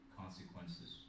consequences